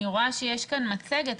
אני רואה שיש כאן מצגת,